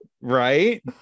right